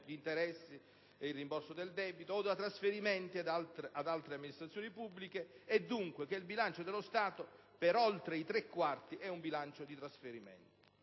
(gli interessi e il rimborso del debito) o da trasferimenti ad altre amministrazioni pubbliche e dunque che il bilancio dello Stato per oltre i tre quarti è fatto di trasferimenti.